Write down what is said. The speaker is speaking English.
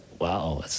wow